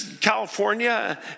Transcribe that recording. California